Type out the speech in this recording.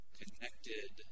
connected